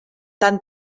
tan